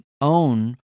own